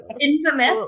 Infamous